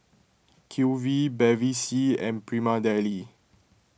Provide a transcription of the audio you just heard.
Q V Bevy C and Prima Deli